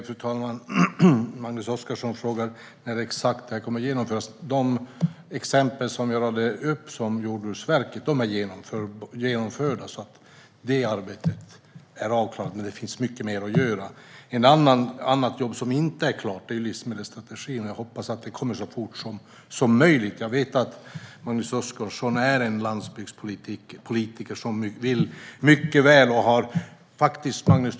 Fru talman! Magnus Oscarsson frågade när exakt det kommer att genomföras. De exempel från Jordbruksverket som jag radade upp är genomförda. Det arbetet är avklarat, men det finns mycket mer att göra. Ett jobb som inte är klart är livsmedelsstrategin. Jag hoppas att den kommer så fort som möjligt. Jag vet att du är en landsbygdspolitiker som vill mycket och väl, Magnus Oscarsson.